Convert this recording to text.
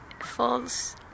falls